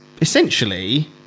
essentially